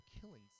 killing